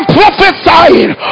prophesying